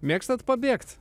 mėgstat pabėgt